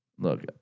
Look